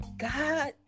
God